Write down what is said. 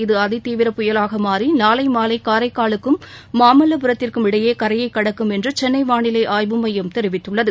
இது அதிதீவிர புயலாக மாறி நாளை மாலை காரைக்காலுக்கும் மாமல்லபுரத்திற்கும் இடையே கரையை கடக்கும் என்று சென்னை வானிலை ஆய்வு மையம் தெரிவித்துள்ளது